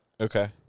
Okay